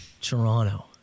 Toronto